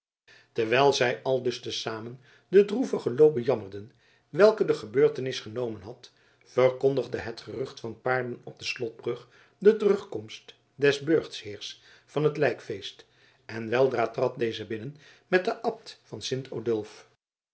terwijl zij aldus te zamen den droevigen loop bejammerden welken de gebeurtenis genomen had verkondigde het gerucht van paarden op de slotbrug de terugkomst des burchtheers van het lijkfeest en weldra trad deze binnen met den abt van